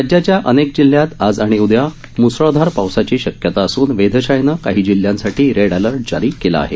राज्याच्या अनेक जिल्ह्यांत आज आणि उद्या मुसळधार पावसाची शक्यता असून वेधशाळेनं काही जिल्ह्यांसाठी रेड अलर्ट जारी केला आहे